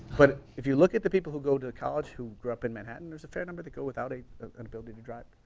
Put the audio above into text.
but if you look at the people who go to college who grew up in manhattan, there's a fair number that go without an ability to drive.